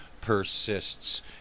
persists